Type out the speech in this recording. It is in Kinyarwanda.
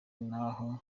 n’aho